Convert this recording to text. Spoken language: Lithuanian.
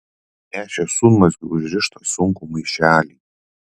nešė šunmazgiu užrištą sunkų maišelį